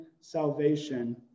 salvation